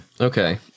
Okay